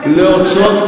לא.